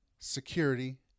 security